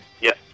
Yes